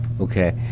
okay